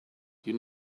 you